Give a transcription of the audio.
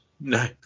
No